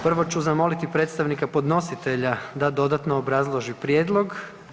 Prvo ću zamoliti predstavnika podnositelja da dodatno obrazloži prijedlog.